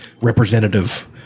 representative